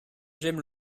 j’aime